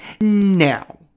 now